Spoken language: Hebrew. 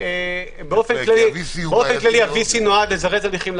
באופן כללי, ה-VC נועד לזרז הליכים.